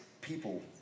people